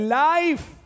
life